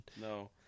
no